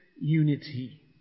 unity